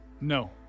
No